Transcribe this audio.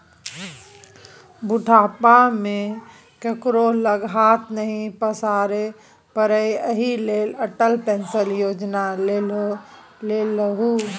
बुढ़ापा मे केकरो लग हाथ नहि पसारै पड़य एहि लेल अटल पेंशन योजना लेलहु